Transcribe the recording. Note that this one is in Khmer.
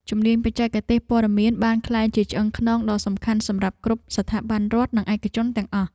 ជំនាញបច្ចេកវិទ្យាព័ត៌មានបានក្លាយជាឆ្អឹងខ្នងដ៏សំខាន់សម្រាប់គ្រប់ស្ថាប័នរដ្ឋ និងឯកជនទាំងអស់។